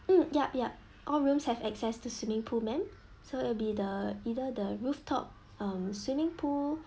mm yup yup all rooms have access to swimming pool ma'am so it'll be the either the rooftop mm swimming pool